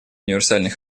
универсальный